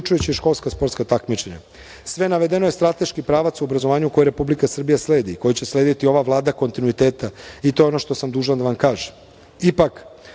uključujući i školska sportska takmičenja. Sve navedeno je strateški pravac u obrazovanju koji Republika Srbija slediti i koji će slediti ova Vlada kontinuiteta, i to je ono što sam dužan da vam kažem. Ipak,